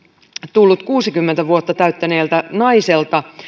tullut kuusikymmentä vuotta täyttäneeltä naiselta